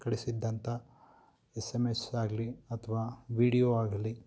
ಕಳಿಸಿದ್ದಂಥ S M S ಆಗಲಿ ಅಥ್ವಾ video ಆಗಲಿ